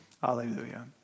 Hallelujah